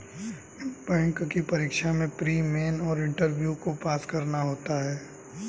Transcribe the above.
bank की परीक्षा में प्री, मेन और इंटरव्यू को पास करना होता है